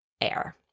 air